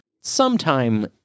sometime